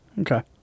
okay